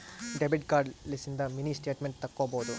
debit card ಲಿಸಿಂದ mini statement ತಕ್ಕೊಬೊದು